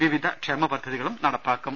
വിവിധ ക്ഷേമ പദ്ധതികളും നടപ്പിലാക്കും